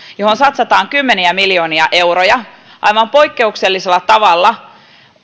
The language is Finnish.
johon satsataan kymmeniä miljoonia euroja aivan poikkeuksellisella tavalla